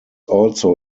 also